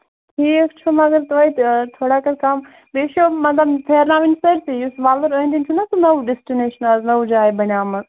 ٹھیٖک چھُ مَگر توتہِ تھوڑا کر کَم مےٚ چھُ مطلب پھیرناوٕنۍ سٲرۍسٕے یُس وۅلُر أنٛدۍ أنٛدۍ چھُنا سُہ نٔو ڈیسٹِنیشن حظ سۅ نٔوۍ جاے بَنیمٕژ